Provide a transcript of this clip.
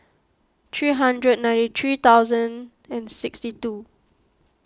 three hundred and ninety three thousand and sixty two